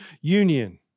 Union